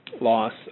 loss